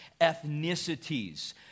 ethnicities